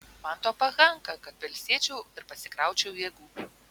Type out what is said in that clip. man to pakanka kad pailsėčiau ir pasikraučiau jėgų